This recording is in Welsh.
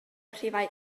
rhifau